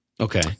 Okay